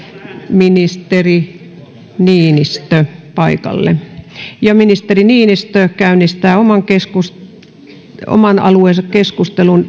ministeri niinistö paikalle ministeri niinistö käynnistää oman alueensa keskustelun